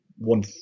one